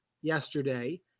yesterday